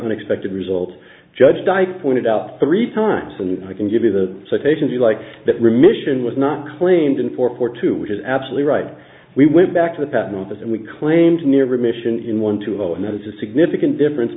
unexpected result judge di pointed out three times and i can give you the citations you like that remission was not claimed in four four two which is absolutely right we went back to the patent office and we claimed near remission one to zero and there was a significant difference